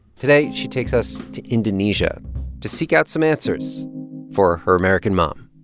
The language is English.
today, she takes us to indonesia to seek out some answers for her american mom